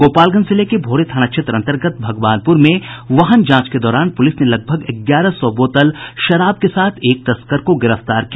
गोपालगंज जिले के भोरे थाना क्षेत्र अंतर्गत भगवानपुर में वाहन जांच के दौरान पुलिस ने लगभग ग्यारह सौ बोतल शराब के साथ एक तस्कर को गिरफ्तार किया